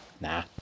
nah